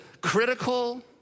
critical